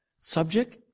subject